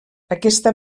aquesta